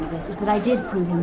this is that i did prove him